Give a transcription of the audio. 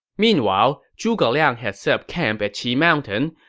meanwhile, zhuge liang had set up camp at qi mountain,